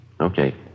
Okay